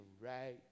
right